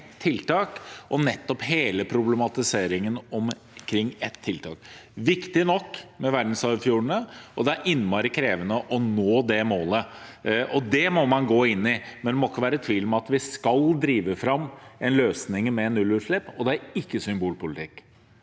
og hele problematiseringen omkring ett tiltak. Det er viktig nok med verdensarvfjordene, og det er innmari krevende å nå det målet. Det må man gå inn i, men det må ikke være tvil om at vi skal drive fram en løsning med nullutslipp, og det er ikke symbolpolitikk.